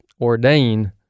ordain